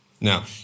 Now